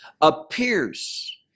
appears